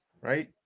right